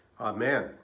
Amen